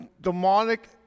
demonic